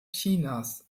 chinas